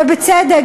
ובצדק,